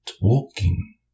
walking